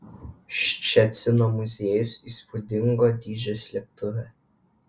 ščecino muziejus įspūdingo dydžio slėptuvė